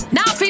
Now